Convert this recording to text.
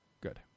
Good